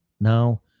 Now